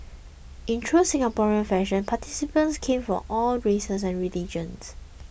in true Singaporean fashion participants came from all races and religions